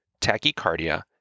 tachycardia